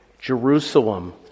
Jerusalem